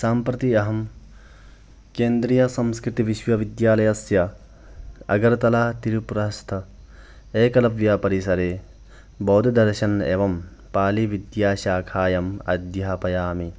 सम्प्रति अहं केन्द्रीयसंस्कृतविश्वविद्यालस्य अगरतला त्रिपुरास्थ एकलव्यपरिसरे बौद्धदर्शनम् एवं पालिविद्याशाखायाम् अध्यापयामि